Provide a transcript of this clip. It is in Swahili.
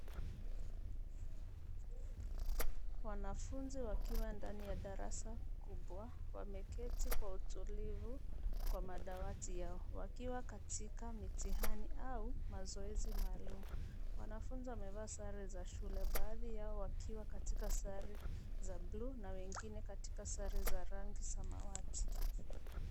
Wanafunzi wakiwa ndani ya darasa kubwa wameketi kwa utulivu kwa madawati yao wakiwa katika mitihani au mazoezi maalum. Wanafunzi wamevaa sare za shule baadhi yao wakiwa katika sare za bluu na wengine katika sare za rangi samawati.